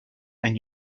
and